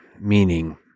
Meaning